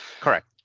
correct